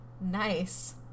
nice